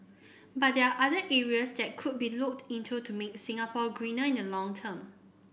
but there are other areas that could be looked into to make Singapore greener in the long term